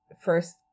first